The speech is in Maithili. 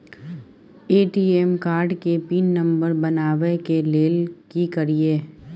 ए.टी.एम कार्ड के पिन नंबर बनाबै के लेल की करिए?